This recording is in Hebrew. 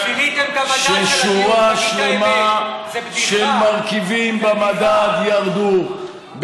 ששורה שלמה של מרכיבים במדד ירדו,